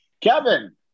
Kevin